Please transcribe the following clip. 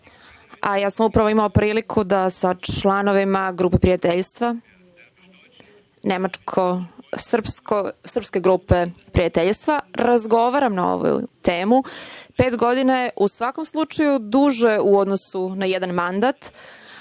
ja sam upravo imao priliku da sa članovima Grupe prijateljstva, nemačko-srpske grupe prijateljstva, razgovora na ovu temu. Pet godina je u svakom slučaju duže u odnosu na jedan mandat,